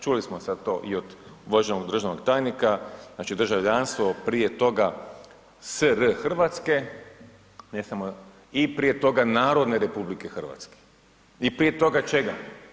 Čuli smo sad to i od uvaženog državnog tajnika, znači državljanstvo prije toga SR Hrvatske i prije toga Narodne republike Hrvatske i prije toga čega?